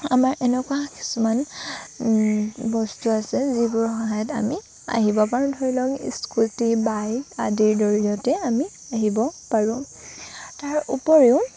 আমাৰ এনেকুৱা কিছুমান বস্তু আছে যিবোৰৰ সহায়ত আমি আহিব পাৰোঁ ধৰি লওক স্কুটি বাইক আদিৰ জৰিয়তে আমি আহিব পাৰোঁ তাৰ উপৰিও